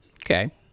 Okay